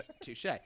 Touche